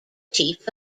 chief